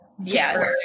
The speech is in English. Yes